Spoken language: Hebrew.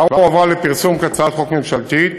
כבר הועברה לפרסום כהצעת חוק ממשלתית